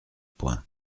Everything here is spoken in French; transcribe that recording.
point